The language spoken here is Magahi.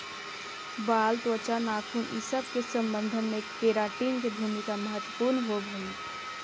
बाल, त्वचा, नाखून इ सब के संवर्धन में केराटिन के भूमिका महत्त्वपूर्ण होवऽ हई